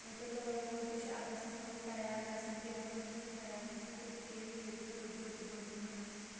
تہٕ لٲر وٲر تہِ چھِ اَگستَس منٛزٕے تَیار گژھان تمہِ برونٛٹھ چھِنہٕ یِم تَیار گژھان کیٚنٛہہ تِکیازِ ییٚتہِ چھُ رُد رُد تِمَن دۄہَن آسَان